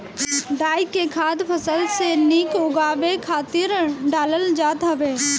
डाई के खाद फसल के निक उगावे खातिर डालल जात हवे